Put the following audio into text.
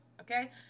Okay